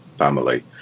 family